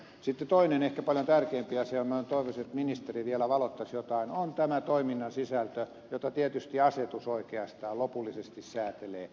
sitten toinen ehkä paljon tärkeämpi asia jota minä toivoisin että ministeri vielä valottaisi on tämä toiminnan sisältö jota tietysti asetus oikeastaan lopullisesti säätelee